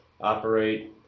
operate